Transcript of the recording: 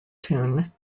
tune